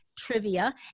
trivia